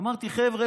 אמרתי: חבר'ה,